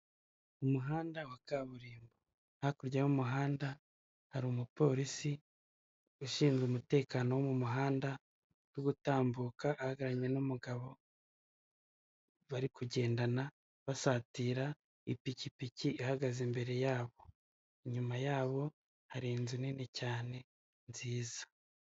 Mu muhanda wa kaburimbo hakurya y'umuhanda hari umupolisi ushinzwe umutekano wo mu muhanda uri gutambuka agararanye n'umugabo bari kugendana basatira ipikipiki, ihagaze imbere yabo inyuma yabo hari inzu nini cyane nziza.